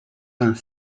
vingt